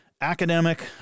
Academic